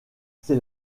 c’est